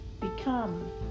become